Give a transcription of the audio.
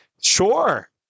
Sure